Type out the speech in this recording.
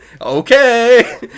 Okay